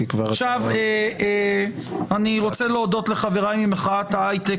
אני רוצה להודות לחבריי ממחאת ההייטק